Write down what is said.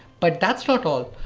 but that's not all.